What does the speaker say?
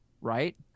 right